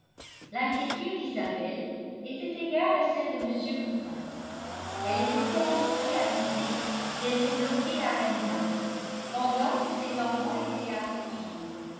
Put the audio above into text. l'inquiétude d'isabelle était égale à celle de m woodhouse elle était terrifiée à l'idée d'être bloquée à randalls pendant que ses enfants étaient